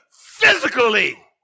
physically